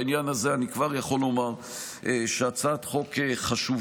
בעניין הזה אני כבר יכול לומר שהצעת חוק חשובה,